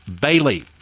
Bailey